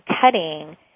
cutting